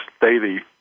daily